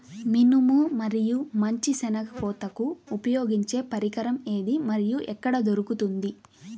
మినుము మరియు మంచి శెనగ కోతకు ఉపయోగించే పరికరం ఏది మరియు ఎక్కడ దొరుకుతుంది?